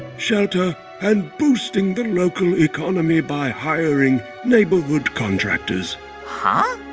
shelter and boosting the local economy by hiring neighborhood contractors huh?